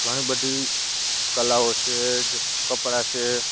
ઘણી બધી કલાઓ છે જે કપડાં છે